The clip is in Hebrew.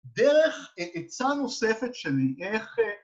‫דרך, עצה נוספת שנראה איך...